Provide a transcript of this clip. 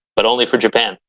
but, only for japan.